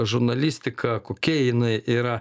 žurnalistika kokia jinai yra